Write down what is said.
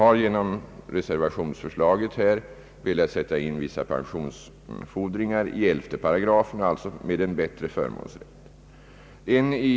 Enligt reservationsförslaget har man velat sätta in vissa pensionsfordringar i 118, varigenom de skulle få bättre förmånsrätt än skattefordringar.